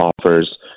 offers